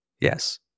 yes